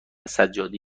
سجاده